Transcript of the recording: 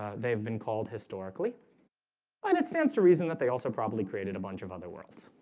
they've been called historically and it stands to reason that they also probably created a bunch of other worlds